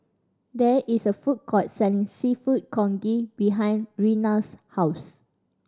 there is a food court selling Seafood Congee behind Reyna's house